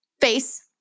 face